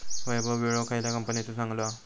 वैभव विळो खयल्या कंपनीचो चांगलो हा?